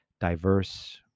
diverse